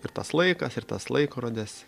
ir tas laikas ir tas laikrodis